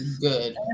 Good